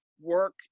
work